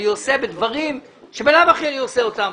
הוא עושה בדברים שממילא הוא עושה אותם.